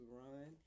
run